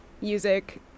music